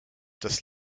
das